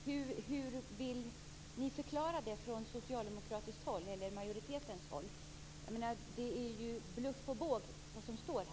Hur vill ni från majoritetens sida förklara det? Det som står där är ju bluff och båg.